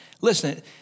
Listen